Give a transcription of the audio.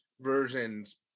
versions